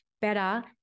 better